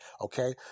okay